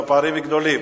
והפערים גדולים.